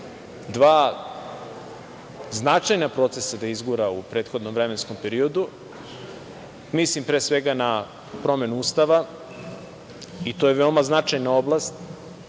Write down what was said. dva značajna procesa da izgura u prethodnom vremenskom periodu. Mislim, pre svega, na promenu Ustava i to je veoma značajna oblast,